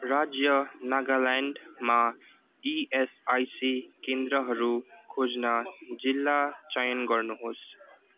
राज्य नागाल्यान्डमा इएसआइसी केन्द्रहरू खोज्न जिल्ला चयन गर्नुहोस्